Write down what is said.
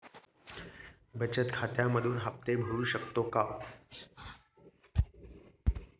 बचत खात्यामधून कर्जाचे हफ्ते भरू शकतो का?